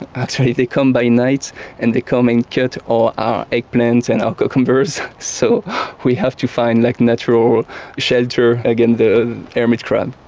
actually they come by night and they come and get all our eggplants and our cucumbers. so we have to find like natural shelter against the hermit crab.